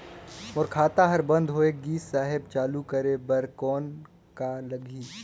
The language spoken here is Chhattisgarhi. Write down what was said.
मोर खाता हर बंद होय गिस साहेब चालू करे बार कौन का लगही?